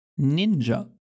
ninja